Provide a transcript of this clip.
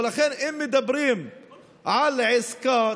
ולכן אם מדברים על עסקה,